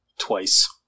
Twice